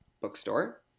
bookstore